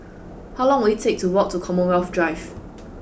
how long will it take to walk to Commonwealth Drive